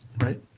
right